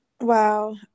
Wow